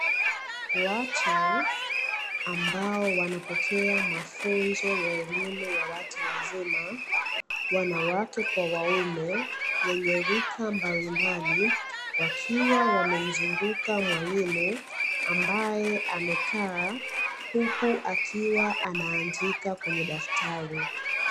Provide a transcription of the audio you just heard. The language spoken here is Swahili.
Watu ambao wanapokea mafunzo ya elimu ya watu wazima wanawake kwa wanaume wenye rika mbalimbali, wakiwa wamemzunguka mwalimu ambaye amekaa huku akiwa anaandika kwenye daftari.